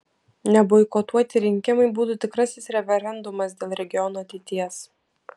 neboikotuoti rinkimai būtų tikrasis referendumas dėl regiono ateities